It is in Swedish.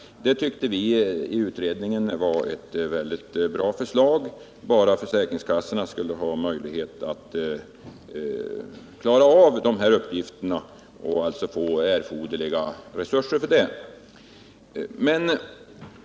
Det tyckte vi i utredningen var ett bra förslag, under förutsättning att försäkringskassorna skulle ha möjlighet att klara uppgifterna och få erforderliga resurser för detta.